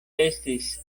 estis